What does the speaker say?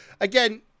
again